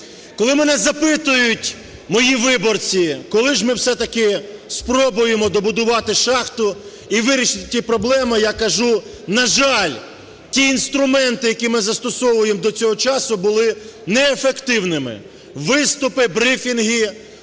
Коли мене запитують мої виборці, коли ж ми все-таки спробуємо добудувати шахту і вирішити ті проблеми, я кажу, на жаль, ті інструменти, які ми застосовуємо до цього часу були неефективними: виступи, брифінги,